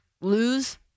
Lose